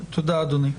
תודה, אדוני.